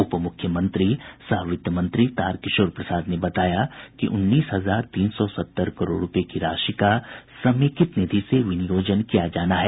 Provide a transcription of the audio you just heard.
उप मुख्यमंत्री सह वित्त मंत्री तारकिशोर प्रसाद ने बताया कि उन्नीस हजार तीन सौ सत्तर करोड़ रूपये की राशि का समेकित निधि से विनियोजन किया जाना है